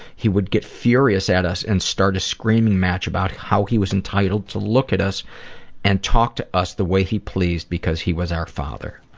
he would get furious at us and start a screaming match about how he was entitled to look at us and talk to us the way he pleased because he was our father. oh,